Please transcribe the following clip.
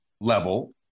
level